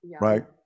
right